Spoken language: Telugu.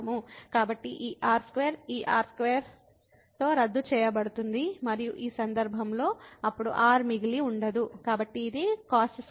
కాబట్టి ఈ r2 ఈ r2 స్క్వేర్తో రద్దు చేయబడుతుంది మరియు ఈ సందర్భంలో అప్పుడు r మిగిలి ఉండదు కాబట్టి ఇది cos2θ